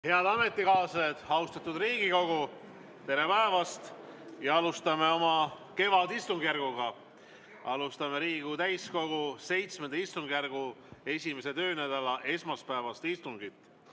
Head ametikaaslased, austatud Riigikogu! Tere päevast! Alustame oma kevadistungjärku. Alustame Riigikogu täiskogu VII istungjärgu 1. töönädala esmaspäevast istungit.